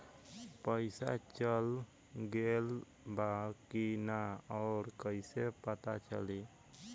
पइसा चल गेलऽ बा कि न और कइसे पता चलि?